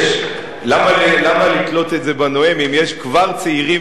למה לתלות את זה בנואם אם יש כבר צעירים